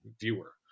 viewer